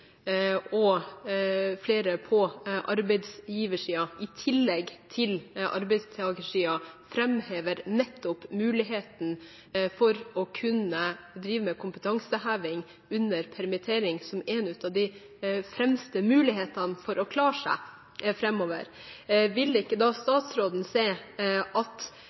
og flere på arbeidsgiversiden, i tillegg til arbeidstakersiden, framhever nettopp muligheten for å kunne drive med kompetanseheving under permittering som en av de fremste mulighetene for å klare seg framover, vil ikke da statsråden se at